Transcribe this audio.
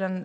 Om